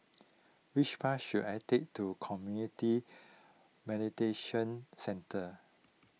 which bus should I take to Community Mediation Centre